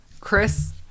Chris